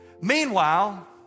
Meanwhile